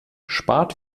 spart